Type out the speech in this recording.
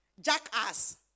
Jackass